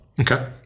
Okay